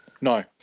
No